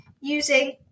using